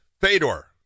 Fedor